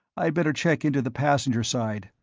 i'd better check into the passenger side,